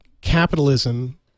capitalism